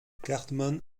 cartman